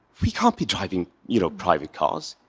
we can't be driving you know private cars.